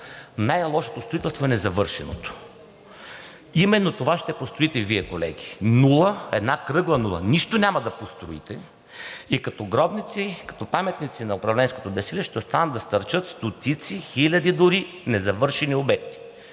най-лошото строителство е незавършеното. Именно това ще построите Вие, колеги – нула, една кръгла нула! Нищо няма да построите и като гробници, като паметници на управленското безсилие ще останат да стърчат стотици, хиляди дори незавършени обекти!